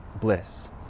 bliss